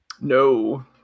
no